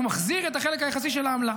הוא מחזיר את החלק היחסי של העמלה,